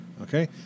Okay